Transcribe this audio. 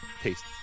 taste